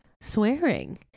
swearing